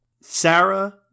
sarah